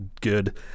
good